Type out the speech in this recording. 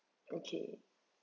okay